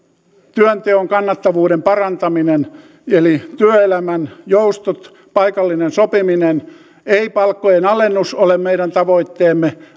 työnteon kannattavuuden parantaminen eli työelämän joustot paikallinen sopiminen ei palkkojen alennus ole meidän tavoitteemme